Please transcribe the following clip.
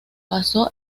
pasó